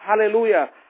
hallelujah